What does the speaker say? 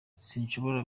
sinshobora